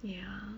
ya